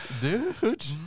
dude